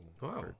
wow